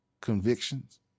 convictions